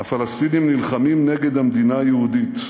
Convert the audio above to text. "הפלסטינים נלחמים נגד המדינה היהודית,